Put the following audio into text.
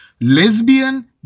Lesbian